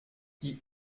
die